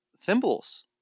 thimbles